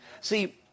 See